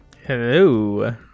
Hello